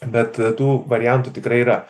bet tų variantų tikrai yra